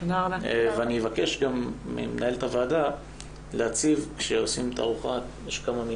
אני אבקש גם ממנהלת הוועדה להציב כמה מילים